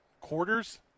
quarters